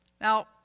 now